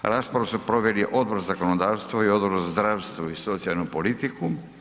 Raspravu su proveli Odbor za zakonodavstvo i Odbor za zdravstvo i socijalnu politiku.